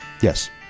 Yes